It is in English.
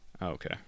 Okay